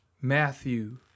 Matthew